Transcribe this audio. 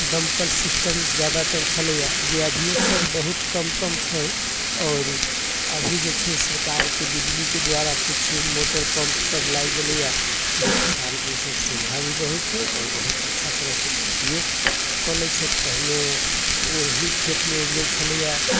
दमकल सिस्टम ज्यादातर छलैए जे अभिओ छै बहुत कम कम छै आओर अभी जे छै सरकारके बिजलीके द्वारा कुछ मोटर पम्प सब लागि गेलैए जे किसानके ईसब सुविधा भी बहुत छै आओर बहुत अच्छा तरहसँ खेतिओ कऽ लै छथि पहिने ओही खेतमे उपजै छलैए